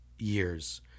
Years